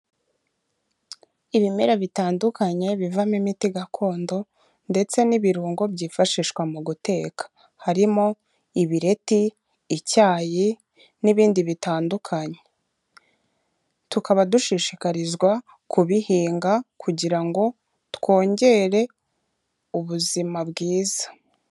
Ibimera bitandukanye bivamo imiti gakondo ndetse n'ibirungo byifashishwa mu guteka, harimo ibireti, icyayi n'ibindi bitandukanye tukaba dushishikarizwa kubihinga kugira ngo twongere ubuzima bwiza.